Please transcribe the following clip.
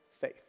faith